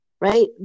Right